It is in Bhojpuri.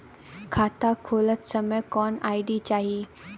खाता खोलत समय कौन आई.डी चाही?